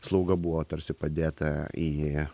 slauga buvo tarsi padėta į